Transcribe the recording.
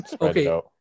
Okay